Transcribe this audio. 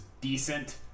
decent